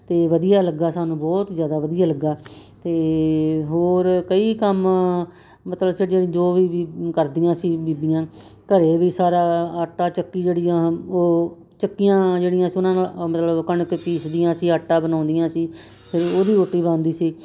ਅਤੇ ਵਧੀਆ ਲੱਗਾ ਸਾਨੂੰ ਬਹੁਤ ਜ਼ਿਆਦਾ ਵਧੀਆ ਲੱਗਾ ਅਤੇ ਹੋਰ ਕਈ ਕੰਮ ਮਤਲਬ ਜੋ ਵੀ ਕਰਦੀਆਂ ਸੀ ਬੀਬੀਆਂ ਘਰ ਵੀ ਸਾਰਾ ਆਟਾ ਚੱਕੀ ਜਿਹੜੀਆਂ ਉਹ ਚੱਕੀਆਂ ਜਿਹੜੀਆਂ ਸੀ ਉਹਨਾਂ ਨਾਲ ਮਤਲਬ ਕਣਕ ਪੀਸਦੀਆਂ ਸੀ ਆਟਾ ਬਣਾਉਂਦੀਆਂ ਸੀ ਅਤੇ ਉਹਦੀ ਰੋਟੀ ਬਣਦੀ ਸੀ